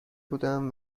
بودم